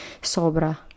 sobra